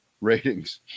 ratings